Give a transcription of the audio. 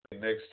next